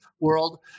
world